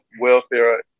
welfare